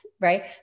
Right